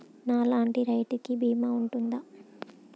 నా లాంటి రైతు కి బీమా ఉంటుందా?